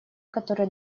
которые